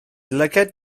lygaid